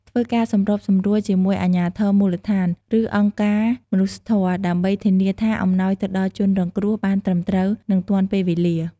ធ្វើការសម្របសម្រួលជាមួយអាជ្ញាធរមូលដ្ឋាន ឬអង្គការមនុស្សធម៌ ដើម្បីធានាថាអំណោយទៅដល់ជនរងគ្រោះបានត្រឹមត្រូវ និងទាន់ពេលវេលា។